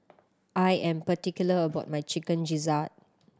I am particular about my Chicken Gizzard